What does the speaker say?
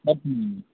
ಮತ್ತು